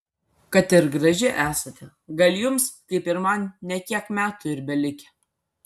kad ir graži esate gal jums kaip ir man ne kiek metų ir belikę